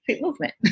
Movement